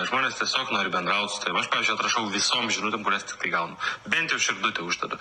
žmonės tiesiog nori bendraut su tavim aš pavyzdžiui atrašau visom žinutėm kurias tiktai gaunu bent jau širdutę uždedu